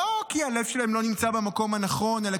לא כי הלב שלהם לא נמצא במקום הנכון אלא